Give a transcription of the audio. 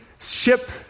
ship